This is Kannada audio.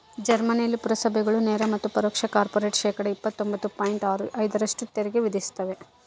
ಜರ್ಮನಿಯಲ್ಲಿ ಪುರಸಭೆಗಳು ನೇರ ಮತ್ತು ಪರೋಕ್ಷ ಕಾರ್ಪೊರೇಟ್ ಶೇಕಡಾ ಇಪ್ಪತ್ತೊಂಬತ್ತು ಪಾಯಿಂಟ್ ಆರು ಐದರಷ್ಟು ತೆರಿಗೆ ವಿಧಿಸ್ತವ